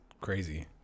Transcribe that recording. crazy